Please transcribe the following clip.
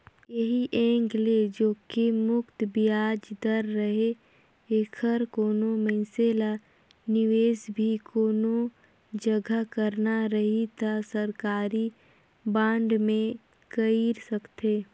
ऐही एंग ले जोखिम मुक्त बियाज दर रहें ऐखर कोनो मइनसे ल निवेस भी कोनो जघा करना रही त सरकारी बांड मे कइर सकथे